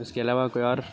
اس کے علاوہ کوئی اور